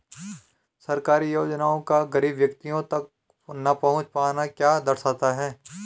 सरकारी योजनाओं का गरीब व्यक्तियों तक न पहुँच पाना क्या दर्शाता है?